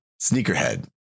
sneakerhead